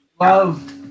Love